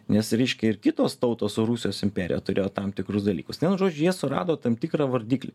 nes reiškia ir kitos tautos o rusijos imperija turėjo tam tikrus dalykus vienu žodžiu jie surado tam tikrą vardiklį